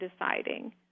deciding